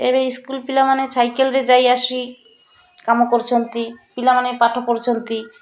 ଏବେ ସ୍କୁଲ ପିଲାମାନେ ସାଇକେଲରେ ଯାଇ ଆସି କାମ କରୁଛନ୍ତି ପିଲାମାନେ ପାଠ ପଢ଼ୁଛନ୍ତି